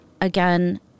again